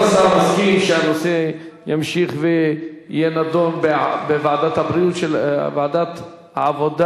גם השר מסכים שהנושא ימשיך ויידון בוועדת העבודה,